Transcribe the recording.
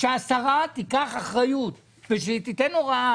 שהשרה תיקח אחריות ושהיא תיתן הוראה